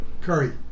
Curry